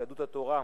יהדות התורה,